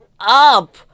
up